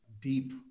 deep